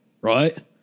right